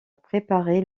préparer